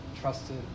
Trusted